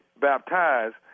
baptized